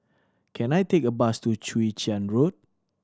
can I take a bus to Chwee Chian Road